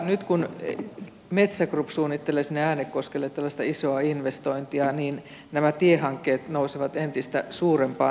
nyt kun metsä group suunnittelee sinne äänekoskelle tällaista isoa investointia niin nämä tiehankkeet nousevat entistä suurempaan arvoon